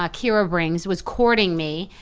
ah kira brings was courting me.